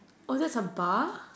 that's a bar